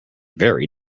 very